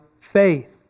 faith